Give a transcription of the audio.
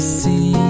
see